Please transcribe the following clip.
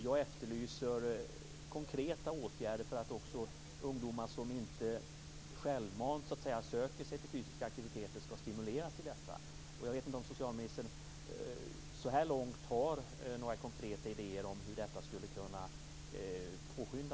Jag efterlyser konkreta åtgärder för att ungdomar som inte självmant söker sig till fysisk aktivitet ska stimuleras till detta.